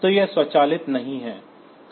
तो यह स्वचालित नहीं है